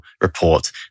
report